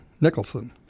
Nicholson